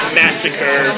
massacre